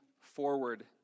forward